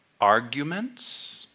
arguments